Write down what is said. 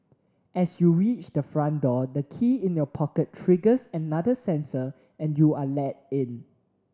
as you reach the front door the key in your pocket triggers another sensor and you are let in